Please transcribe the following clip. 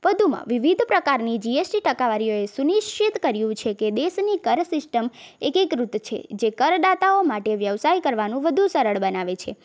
વધુમાં વિવિધ પ્રકારની જી એસ ટી ટકવારીઓએ સુનિશ્ચિત કર્યું છે કે દેશની કર સિસ્ટમ એકીકૃત છે જે કરદાતાઓ માટે વ્યવસાય કરવાનું વધુ સરળ બનાવે છે